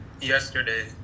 yesterday